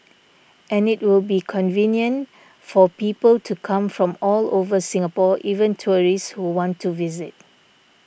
and it will be convenient for people to come from all over Singapore even tourists who want to visit